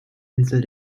insel